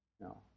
No